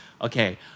Okay